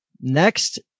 Next